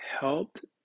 helped